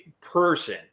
person